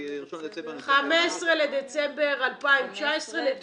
כי 1 בדצמבר --- 15 בדצמבר 2019 נתונים